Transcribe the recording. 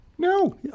No